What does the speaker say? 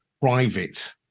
private